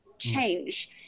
change